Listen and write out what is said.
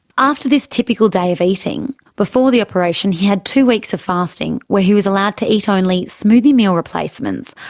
after this typical day of eating, before the operation he had two weeks of fasting where he was allowed to eat only smoothie meal replacements,